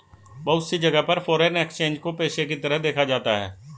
बहुत सी जगह पर फ़ोरेन एक्सचेंज को पेशे के तरह देखा जाता है